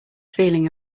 feeling